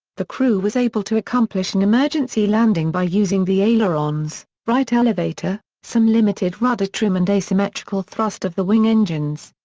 the crew was able to accomplish an emergency landing by using the ailerons, right elevator, some limited rudder trim and asymmetrical thrust of the wing engines.